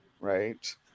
right